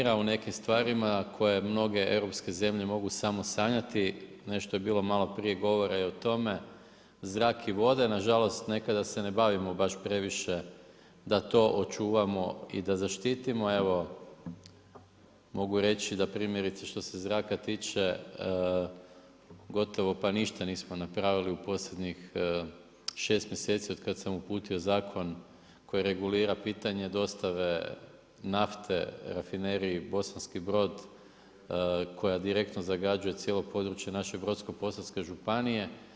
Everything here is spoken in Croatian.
Dominira u nekim stvarima koje mnoge Europske zemlje mogu samo sanjati, nešto je bilo maloprije govora o tome, zrak i vode, nažalost, nekada se ne bavimo baš previše da to očuvamo i da zaštitimo, evo, mogu reći, da primjerice što se zraka tiče, gotovo pa i ništa nismo napravili u posljednjih 6 mjeseci od kada sam uputio zakon koji regulira pitanje dostave nafte rafineriji Bosanski Brod koja direktno zagađuje cijelo područje naše Brodsko posavske županije.